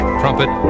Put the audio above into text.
trumpet